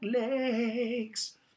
legs